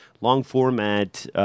long-format